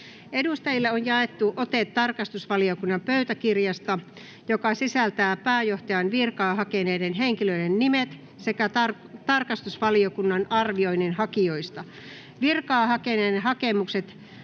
Edustajille on jaettu ote tarkastusvaliokunnan pöytäkirjasta, joka sisältää pääjohtajan virkaa hakeneiden henkilöiden nimet sekä tarkastusvaliokunnan arvioinnin hakijoista. Virkaa hakeneiden hakemukset